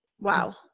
wow